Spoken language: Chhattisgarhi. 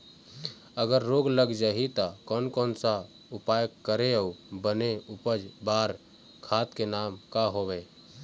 अगर रोग लग जाही ता कोन कौन सा उपाय करें अउ बने उपज बार खाद के नाम का हवे?